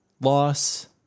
loss